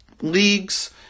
leagues